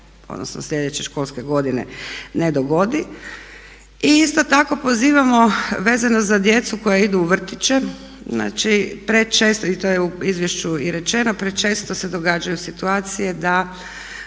odnosno sljedeće školske godine ne dogodi. I isto tako pozivamo vezano za djecu koja idu u vrtiće, znači prečesto, i to je u izvješću i rečeno, prečesto se događaju situacije da